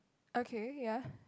okay ya